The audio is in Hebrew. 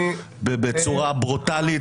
בצורה ברוטאלית,